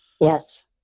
Yes